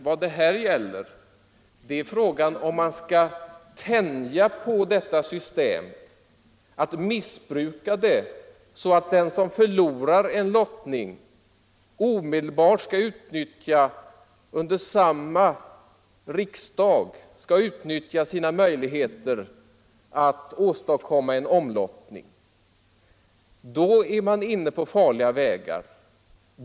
Vad det här gäller är om man skall tänja på detta system och missbruka det så att den som förlorar en lottning omedelbart under samma riksdag skall utnyttja sina möjligheter att åstadkomma en omlottning. Då är man inne på farliga vägar.